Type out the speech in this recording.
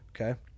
Okay